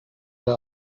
der